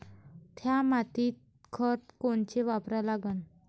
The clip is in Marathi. थ्या मातीत खतं कोनचे वापरा लागन?